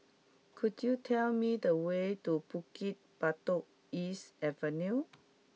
could you tell me the way to Bukit Batok East Avenue